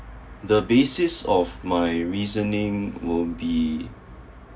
the basis of my reasoning would be